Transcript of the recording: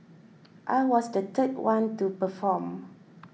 I was the third one to perform